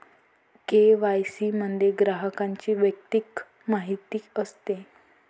KYC मध्ये ग्राहकाची वैयक्तिक माहिती असते